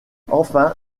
enfin